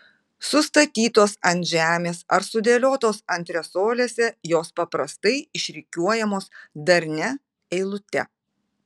sustatytos ant žemės ar sudėliotos antresolėse jos paprastai išrikiuojamos darnia eilute